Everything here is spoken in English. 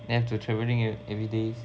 then I have to travelling everydays